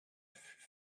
fut